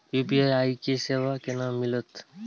UPI के सेवा केना मिलत?